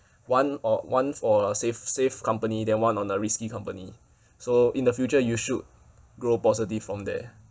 one or one for a safe safe company then one on a risky company so in the future you should grow positive from there